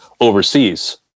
overseas